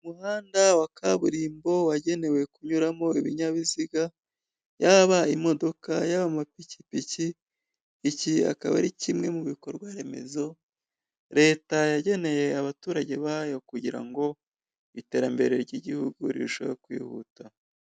Umuhanda wa kaburimbo wagenewe kunyuramo ibinyabiziga, yaba imodoka, yaba amapikipiki, iki akaba ari kimwe mu bikorwa remezo Leta yageneye abaturage bayo kugirango ngo iterambere ry'igihugu rirusheho kwihuta.